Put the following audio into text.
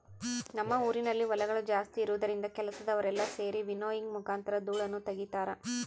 ನಮ್ಮ ಊರಿನಲ್ಲಿ ಹೊಲಗಳು ಜಾಸ್ತಿ ಇರುವುದರಿಂದ ಕೆಲಸದವರೆಲ್ಲ ಸೆರಿ ವಿನ್ನೋವಿಂಗ್ ಮುಖಾಂತರ ಧೂಳನ್ನು ತಗಿತಾರ